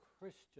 Christian